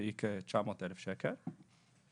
והיא כ-900 אלף שקלים,